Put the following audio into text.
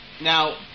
Now